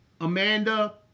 Amanda